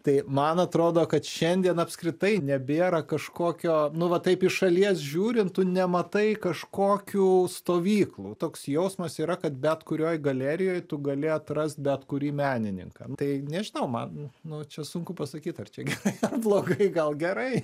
tai man atrodo kad šiandien apskritai nebėra kažkokio nu va taip iš šalies žiūrint tu nematai kažkokių stovyklų toks jausmas yra kad bet kurioj galerijoj tu gali atrast bet kurį menininką tai nežinau man nu čia sunku pasakyt ar čia gerai ar blogai gal gerai